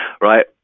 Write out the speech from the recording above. right